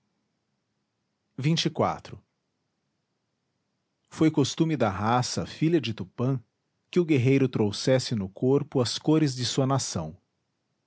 nela voltou poti foi costume da raça filha de tupã que o guerreiro trouxesse no corpo as cores de sua nação